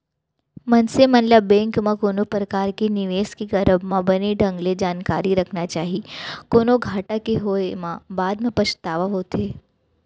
मनसे मन ल बेंक म कोनो परकार के निवेस के करब म बने ढंग ले जानकारी रखना चाही, कोनो घाटा के होय म बाद म पछतावा होथे